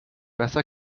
besser